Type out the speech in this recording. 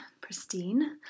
pristine